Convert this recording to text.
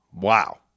Wow